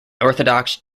orthodox